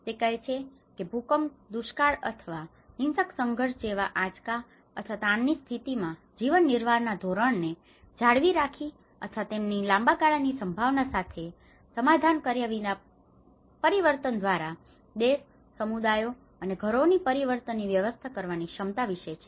તે કહે છે કે ભૂકંપ દુષ્કાળ અથવા હિંસક સંઘર્ષ જેવા આંચકા અથવા તાણની સ્થિતિમાં જીવનનિર્વાહના ધોરણોને જાળવી રાખીને અથવા તેમની લાંબાગાળાની સંભાવના સાથે સમાધાન કર્યા વિના પરિવર્તન દ્વારા દેશ સમુદાયો અને ઘરોની પરિવર્તનની વ્યવસ્થા કરવાની ક્ષમતા વિશે કહે છે